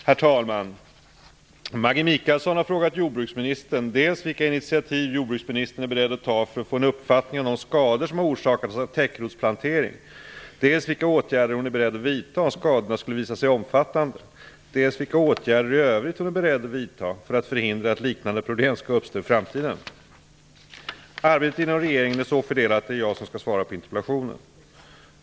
Herr talman! Maggi Mikaelsson har frågat jordbruksministern dels vilka initiativ jordbruksministern är beredd att ta för att få en uppfattning om de skador som har orsakats av täckrotsplantering, dels vilka åtgärder hon är beredd att vidta om skadorna skulle visa sig omfattande, dels vilka åtgärder i övrigt hon är beredd att vidta för att förhindra att liknande problem skall uppstå i framtiden. Arbetet inom regeringen är så fördelat att det är jag som skall svara på interpellationen.